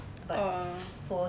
oh